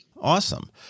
Awesome